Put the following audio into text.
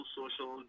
social